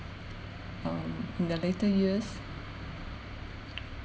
um in the later years